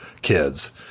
kids